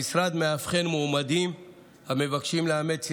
המשרד מאבחן מועמדים המבקשים לאמץ ילד,